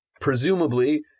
presumably